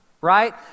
right